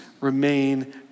remain